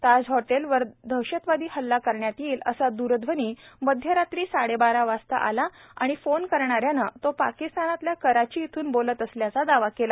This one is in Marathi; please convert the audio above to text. ताज हॉटेलवर दहशतवादी हल्ला करण्यात येईल असा द्रध्वनी मध्यरात्री साडेबारा वाजता आला आणि फोन करणाऱ्यानं तो पाकिस्तानातल्या कराची इथून बोलत असल्याचा दावा केला